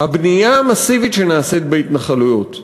הבנייה המסיבית שנעשית בהתנחלויות,